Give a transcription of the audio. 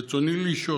רצוני לשאול: